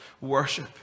worship